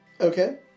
Okay